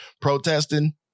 protesting